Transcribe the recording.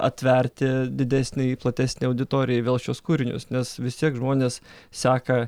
atverti didesnei platesnei auditorijai vėl šiuos kūrinius nes vis tiek žmonės seka